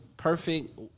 Perfect